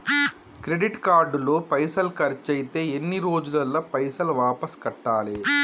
Credit card లో పైసల్ ఖర్చయితే ఎన్ని రోజులల్ల పైసల్ వాపస్ కట్టాలే?